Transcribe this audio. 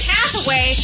Hathaway